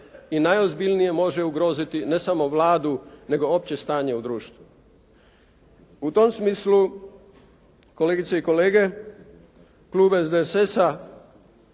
i najozbiljnije može ugroziti ne samo Vladu nego opće stanje u društvu. U tom smislu kolegice i kolege Klub SDSS-a